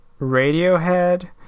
Radiohead